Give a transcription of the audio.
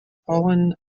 pollen